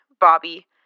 Bobby